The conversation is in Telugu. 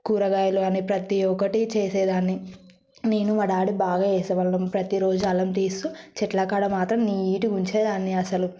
కూరగాయలు అని ప్రతి ఒక్కటి చేసేదాన్ని నేను మా డాడీ బాగా వేసే వాళ్ళం ప్రతిరోజు అల్లం తీసు చెట్ల కాడ మాత్రం నీట్గా ఉంచేదాన్ని అసలు